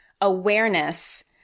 awareness